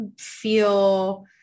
feel